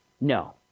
No